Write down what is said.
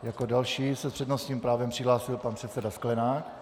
Jako další se s přednostním právem přihlásil pan předseda Sklenák.